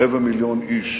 רבע מיליון איש,